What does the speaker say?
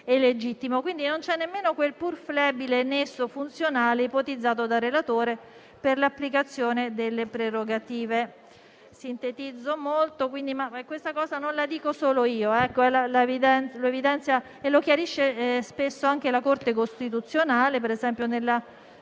Quindi, non c'è nemmeno quel pur flebile nesso funzionale ipotizzato dal relatore per l'applicazione delle prerogative. Sintetizzo molto: questa cosa non la dico solo io, ma la evidenzia e la chiarisce spesso anche la Corte costituzionale, per esempio nella